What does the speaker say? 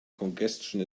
congestion